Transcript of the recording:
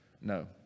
No